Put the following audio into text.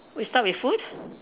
we start with food